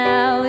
Now